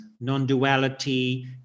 non-duality